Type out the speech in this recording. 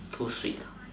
so sweet ah